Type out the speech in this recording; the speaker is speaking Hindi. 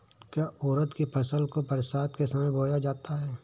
क्या उड़द की फसल को बरसात के समय बोया जाता है?